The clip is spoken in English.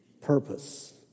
purpose